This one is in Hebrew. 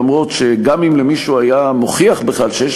אף-על-פי שגם אם מישהו היה מוכיח בכלל שיש